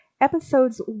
Episodes